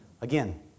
Again